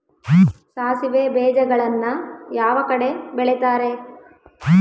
ಸಾಸಿವೆ ಬೇಜಗಳನ್ನ ಯಾವ ಕಡೆ ಬೆಳಿತಾರೆ?